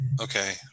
Okay